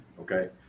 okay